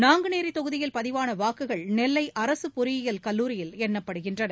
நாங்குநேரிதொகுதியில் பதிவானவாக்குகள் நெல்லைஅரசுபொறியியல் கல்லூரியில் எண்ணப்படுகின்றன